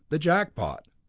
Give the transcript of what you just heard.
the jack-pot.